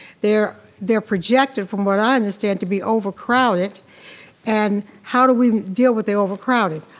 they're they're projected from what i understand to be overcrowded and how do we deal with the overcrowding?